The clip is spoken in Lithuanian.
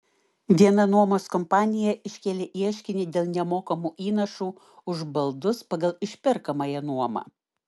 viena nuomos kompanija iškėlė ieškinį dėl nemokamų įnašų už baldus pagal išperkamąją nuomą